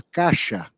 caixa